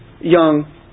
young